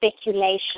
speculation